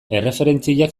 erreferentziak